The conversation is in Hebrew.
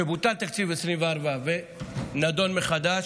כשבוטל תקציב 2024 ונדון מחדש,